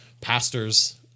pastors